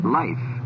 life